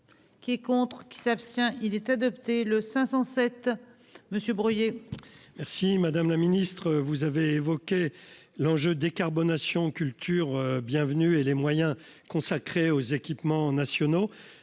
qui est contre qui s'abstient, il était adopté, le 507 Monsieur Bruillet. Merci, Madame le Ministre, vous avez évoqué l'enjeu décarbonation culture bienvenue et les moyens consacrés aux équipements nationaux